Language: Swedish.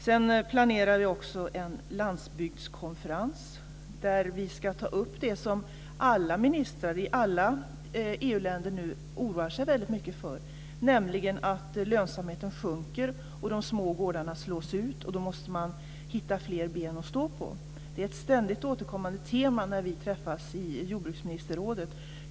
Sedan planerar vi en landsbygdskonferens, där vi ska ta upp det som alla ministrar i alla EU-länder oroar sig för, nämligen att lönsamheten sjunker och att de små gårdarna slås ut. Då måste man hitta fler ben att stå på. Det är ett ständigt återkommande tema när vi träffas i jordbruksministerrådet.